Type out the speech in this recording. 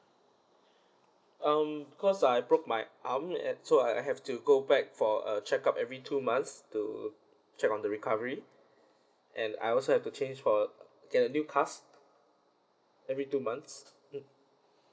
um cause I broke my arm at so I have to go back for a check up every two months to check on the recovery and I also have to change for get a new cast every two months mm